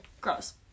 Gross